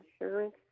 insurance